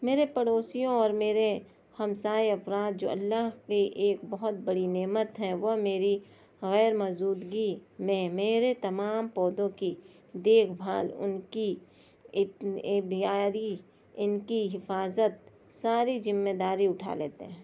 میرے پڑوسیوں اور میرے ہم سائے افراد جو اللہ کی ایک بہت بڑی نعمت ہیں وہ میری غیر موجودگی میں میرے تمام پودوں کی دیکھ بھال ان کی آبیاری ان کی حفاظت ساری ذمے داری اٹھا لیتے ہیں